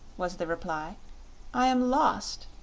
was the reply i am lost.